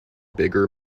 bigger